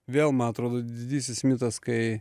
vėl man atrodo didysis mitas kai